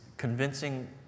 convincing